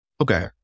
Okay